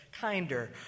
kinder